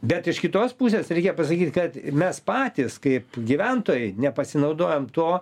bet iš kitos pusės reikia pasakyt kad mes patys kaip gyventojai nepasinaudojam tuo